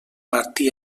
martí